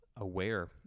aware